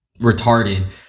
retarded